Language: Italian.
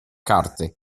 carte